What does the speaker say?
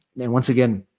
and and once again,